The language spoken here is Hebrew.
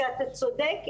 שאתה צודק,